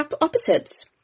opposites